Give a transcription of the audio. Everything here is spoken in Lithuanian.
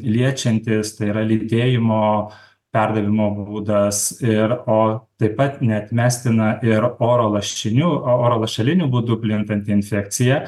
liečiantistai yra lytėjimo perdavimo būdas ir o taip pat neatmestina ir oro lašiniu oro lašeliniu būdu plintanti infekcija